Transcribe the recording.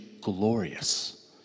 glorious